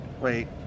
wait